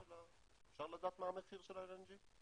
אפשר לדעת מה המחיר של ה-LNG?